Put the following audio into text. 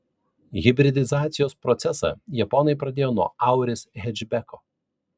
hibridizacijos procesą japonai pradėjo nuo auris hečbeko